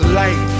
life